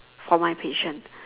for my patience